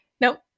Nope